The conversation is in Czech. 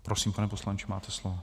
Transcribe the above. Prosím, pane poslanče, máte slovo.